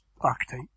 archetype